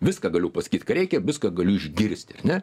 viską galiu pasakyt ką reikia viską galiu išgirsti ar ne